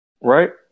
Right